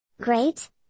Great